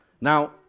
Now